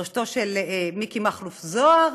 בראשותו של מכלוף מיקי זוהר,